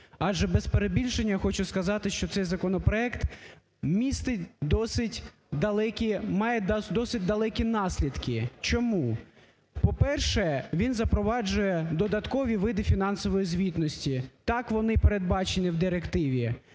Адже без перебільшення хочу сказати, що цей законопроект містить досить далекі… має досить далекі наслідки. Чому? По-перше, він запроваджує додаткові види фінансової звітності. Так, вони передбачені в директиві.